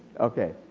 okay.